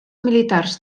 militars